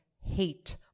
hate